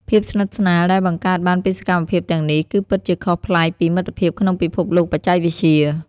ភាពស្និទ្ធស្នាលដែលបង្កើតបានពីសកម្មភាពទាំងនេះគឺពិតជាខុសប្លែកពីមិត្តភាពក្នុងពិភពលោកបច្ចេកវិទ្យា។